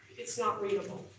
it's not readable.